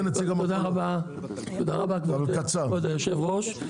כבוד היושב-ראש,